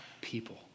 people